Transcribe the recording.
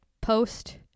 post